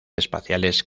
espaciales